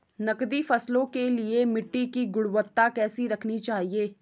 नकदी फसलों के लिए मिट्टी की गुणवत्ता कैसी रखनी चाहिए?